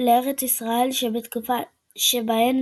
לארץ ישראל, בתקופות שבהן